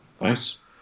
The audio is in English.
Nice